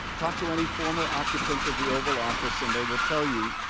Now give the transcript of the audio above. talk to any former occupant of the oval office, and they will tell you,